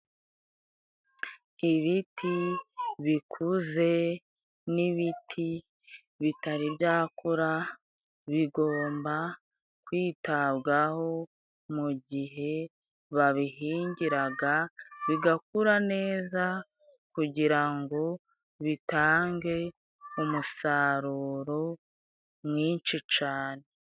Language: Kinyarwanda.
Ibiti bikuze n'ibiti bitari byakura, bigomba kwitabwaho mu gihe babihingiraga, bigakura neza kugira ngo bitange umusaruro mwinshi cane.